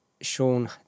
Sean